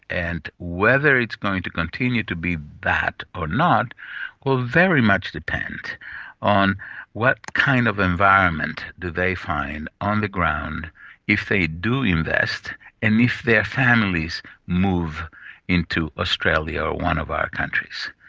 and whether it's going to continue to be that or not will very much depend on what kind of environment do they find on the ground if they do invest and if their families move into australia or one of our countries.